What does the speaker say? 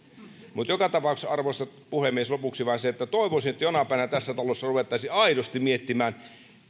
mutta joka tapauksessa arvoisa puhemies lopuksi vain se että toivoisin että jonain päivänä tässä talossa ruvettaisiin aidosti miettimään sitä ja